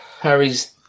Harry's